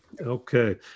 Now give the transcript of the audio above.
Okay